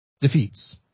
Defeats